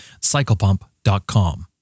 CyclePump.com